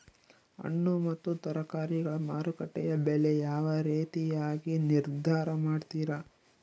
ಹಣ್ಣು ಮತ್ತು ತರಕಾರಿಗಳ ಮಾರುಕಟ್ಟೆಯ ಬೆಲೆ ಯಾವ ರೇತಿಯಾಗಿ ನಿರ್ಧಾರ ಮಾಡ್ತಿರಾ?